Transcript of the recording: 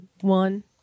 one